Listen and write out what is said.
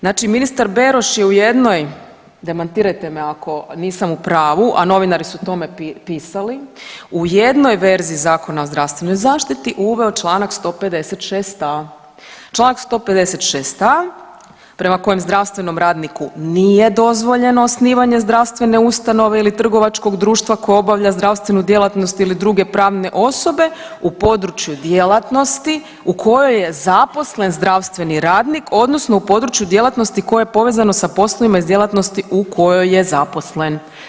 Znači ministar Beroš je u jednoj, demantirajte me ako nisam u pravu, a novinari su o tome pisali u jednoj verziji Zakona o zdravstvenoj zaštiti uveo članak 156a. Članak 156a. prema kojem zdravstvenom radniku nije dozvoljeno osnivanje zdravstvene ustanove ili trgovačkog društva koje obavlja zdravstvenu djelatnost ili druge pravne osobe u području djelatnosti u kojoj je zaposlen zdravstveni radnik, odnosno u području djelatnosti koje je povezano sa poslovima iz djelatnosti u kojoj je zaposlen.